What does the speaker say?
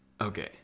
okay